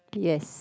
yes